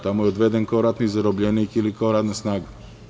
Tamo je odveden kao zarobljenik ili kao radna snaga.